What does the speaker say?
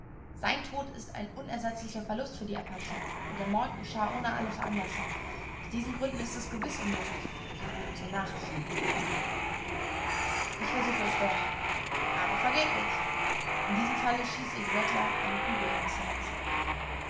sein tod ist ein unersetzlicher verlust für die apachen und der mord geschah ohne alle veranlassung aus diesen gründen ist es gewiß unmöglich die roten zur nachsicht zu bewegen ich versuche es doch aber vergeblich in diesem falle schieße ich rattlern eine kugel in das herz